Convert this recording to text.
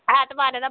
ऐतवारें ते